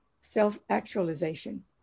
self-actualization